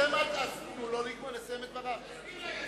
תנו לו לסיים את דבריו.